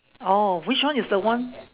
oh which one is the one